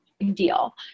deal